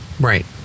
Right